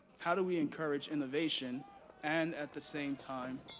how do we encourage innovation and at the same time,